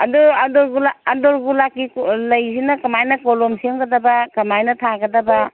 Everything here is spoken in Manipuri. ꯑꯗꯨ ꯑꯟꯗꯨꯔꯒꯨꯂꯥꯞ ꯑꯟꯗꯔꯒꯨꯂꯥꯞꯀꯤ ꯂꯩꯁꯤꯅ ꯀꯣꯂꯣꯝ ꯁꯦꯝꯒꯗꯕ ꯀꯃꯥꯏꯅ ꯊꯥꯒꯗꯕ